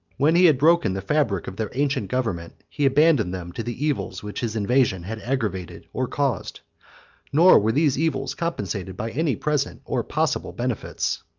when he had broken the fabric of their ancient government, he abandoned them to the evils which his invasion had aggravated or caused nor were these evils compensated by any present or possible benefits.